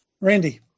Randy